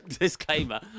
Disclaimer